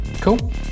Cool